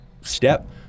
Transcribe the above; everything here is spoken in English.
step